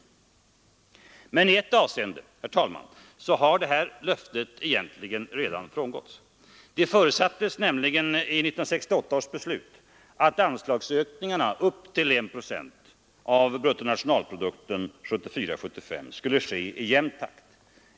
I ett avseende, herr talman, har detta löfte egentligen redan frångåtts. Det förutsattes nämligen i 1968 års beslut att anslagsökningen upp till 1 procent av bruttonationalprodukten 1974/75 skulle ske i jämn takt.